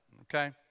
okay